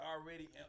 already